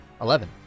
Eleven